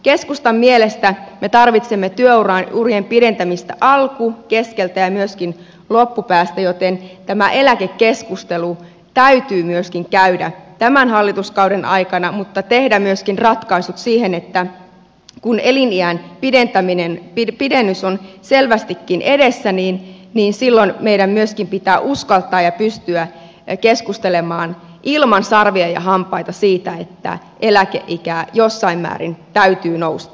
keskustan mielestä me tarvitsemme työurien pidentämistä alusta keskeltä ja myöskin loppupäästä joten myöskin tämä eläkekeskustelu täytyy käydä tämän hallituskauden aikana mutta täytyy tehdä myöskin ratkaisut siihen että kun eliniän pidennys on selvästikin edessä niin silloin meidän myöskin pitää uskaltaa ja pystyä keskustelemaan ilman sarvia ja hampaita siitä että eläkeiän jossain määrin täytyy nousta